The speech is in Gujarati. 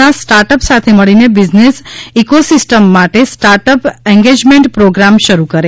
ના સ્ટાર્ટઅપ સાથે મળીને બિઝનેસ ઇકોસિસ્ટમ માટે સ્ટાર્ટઅપ એગેન્જમેન્ટ પ્રોગ્રામ શરૂ કરે